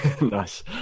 Nice